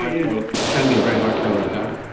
ah you know ah can be a very high calorie diet.